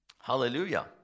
Hallelujah